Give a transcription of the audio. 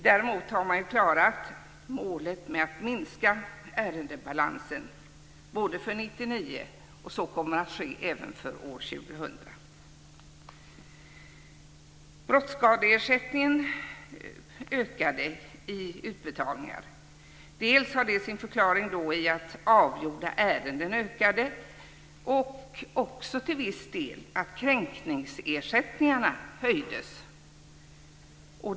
Däremot har man klarat målet att minska ärendebalansen för år 1999, och så kommer att ske även för år 2000. Den utbetalda brottsskadeersättningen ökade. Det har sin förklaring i att antalet avgjorda ärenden ökade och till viss del också i att kränkningsersättningarna höjdes.